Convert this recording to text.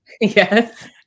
Yes